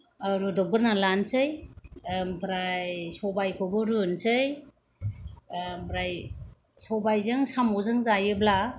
औ रुद'बगोरना लानसै ओमफ्राय सबायखौबो रुनसै ओमफ्राय सबायजों साम'जों जायोब्ला